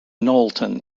knowlton